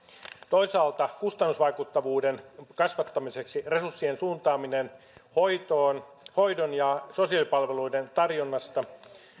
toisaalta kustannusvaikuttavuuden kasvattamiseksi resurssien suuntaamisessa hoidon ja sosiaalipalveluiden tarjonnasta